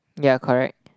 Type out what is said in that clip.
ya correct